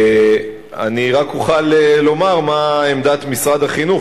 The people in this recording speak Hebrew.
אני רק אוכל לומר מה עמדת משרד החינוך,